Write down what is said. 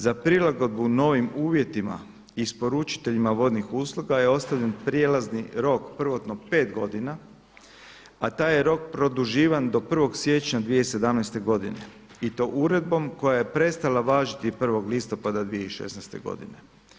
Za prilagodbu novim uvjetima isporučiteljima vodnih usluga je ostavljen prijelazni rok prvotno 5 godina, a taj je rok produživan do 1. siječnja 2017. godine i to uredbom koja je prestala važiti 1. listopada 2016. godine.